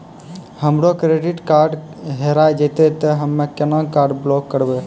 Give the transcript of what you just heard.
हमरो credit card हेरा जेतै ते हम्मय केना कार्ड ब्लॉक करबै?